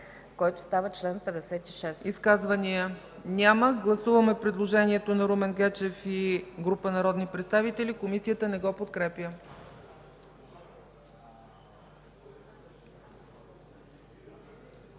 ЦЕЦКА ЦАЧЕВА: Изказвания? Няма. Гласуваме предложението на Румен Гечев и група народни представители. Комисията не го подкрепя.